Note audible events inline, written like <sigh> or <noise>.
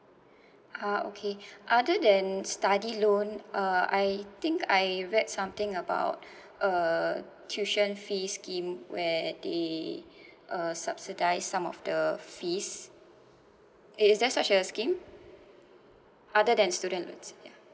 <breath> ah okay <breath> other than study loan uh I think I read something about <breath> uh tuition fee scheme where they <breath> uh subsidise some of the fees is there such a scheme other than students loans yeah